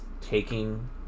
taking